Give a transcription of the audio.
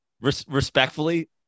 Respectfully